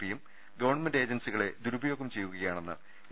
പിയും government agency കളെ ദുരുപയോഗം ചെയ്യുകയാണെന്ന് എ